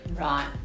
Right